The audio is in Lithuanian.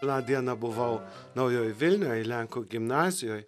tą dieną buvau naujoj vilnioj lenkų gimnazijoj